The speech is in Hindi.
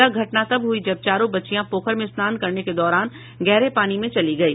यह घटना तब हुयी जब चारों बच्चियां पोखर मे स्नान करने के दौरान गहरे पानी मे चली गई